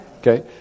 Okay